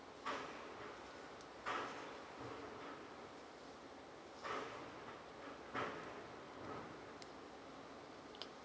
okay